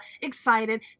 excited